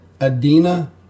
Adina